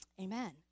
Amen